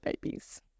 Babies